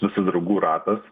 visus draugų ratas